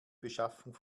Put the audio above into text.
beschaffung